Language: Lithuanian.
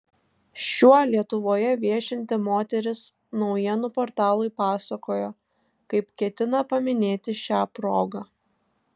šiuo lietuvoje viešinti moteris naujienų portalui pasakojo kaip ketina paminėti šią progą